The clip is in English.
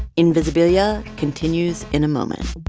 invisibilia continues in a moment